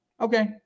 okay